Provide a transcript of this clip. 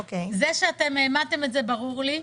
זה שהעמדתם את זה ברור לי.